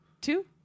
Two